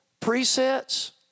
presets